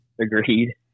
Agreed